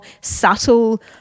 subtle